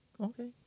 okay